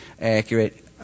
accurate